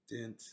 Dent